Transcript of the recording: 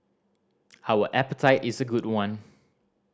our appetite is a good one